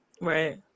Right